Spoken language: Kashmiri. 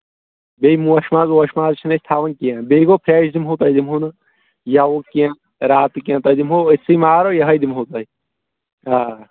بیٚیہِ مٲشہِ ماز وٲشہِ ماز چھِ نہٕ أسۍ تھاوَن کیٚنہہ بیٚیہِ گوٚو فرٛٮ۪ش دِمہو تۄہہِ دِمہو نہٕ یَوُک کیٚنہہ راتُک کیٚنہہ تۄہہِ دِمہو أتھۍسٕے مارو یِہوٚے دِمہو تۄہہِ آ